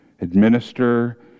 administer